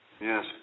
Yes